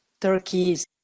Turkey's